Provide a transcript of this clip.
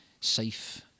safe